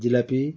jalebi